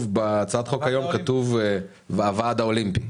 הוועד האולימפי